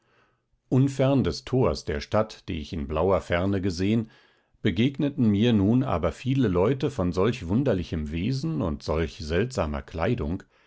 unfern des tors der stadt die ich in blauer ferne gesehen begegneten mir nun aber viele leute von solch wunderlichem wesen und solch seltsamer kleidung